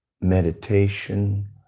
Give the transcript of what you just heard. meditation